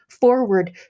forward